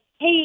hey